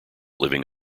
living